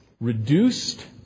reduced